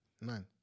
Nine